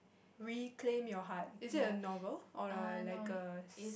Reclaim-Your-Heart is it a novel or a like a